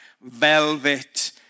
velvet